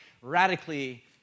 radically